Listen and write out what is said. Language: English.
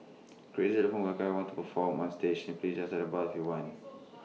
crazy elephant welcomes everyone to perform on stage please tell the bar if you want